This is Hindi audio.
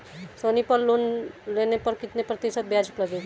सोनी पल लोन लेने पर कितने प्रतिशत ब्याज लगेगा?